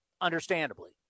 understandably